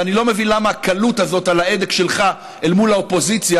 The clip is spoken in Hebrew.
ואני לא מבין למה הקלות הזאת על ההדק שלך אל מול האופוזיציה,